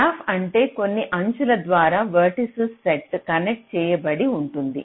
graph అంటే కొన్ని అంచుల ద్వారా వెర్టిసిస్ సెట్ కనెక్ట్ చేయబడి ఉంటుంది